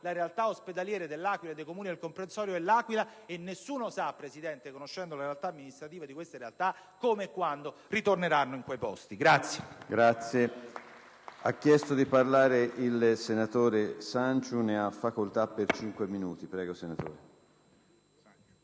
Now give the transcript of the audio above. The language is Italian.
la realtà ospedaliera dell'Aquila e dei Comuni del comprensorio dell'Aquila e nessuno sa, signor Presidente, conoscendo le realtà amministrative, come e quando ritorneranno in quei posti.